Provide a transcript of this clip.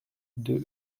deux